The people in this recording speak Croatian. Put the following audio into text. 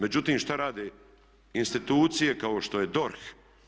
Međutim, šta rade institucije kao što je DORH.